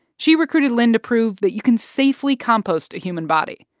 she recruited lynne to prove that you can safely compost a human body.